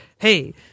Hey